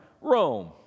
Rome